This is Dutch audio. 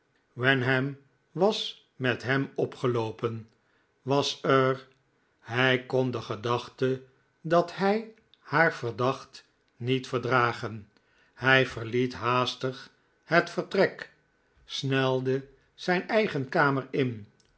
wenham was met hem opgeloopen was er hij kon de gedachte dat hij haar verdacht niet verdragen hij verliet haastig het vertrek snelde zijn eigen kamer in